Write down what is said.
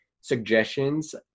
suggestions